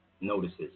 notices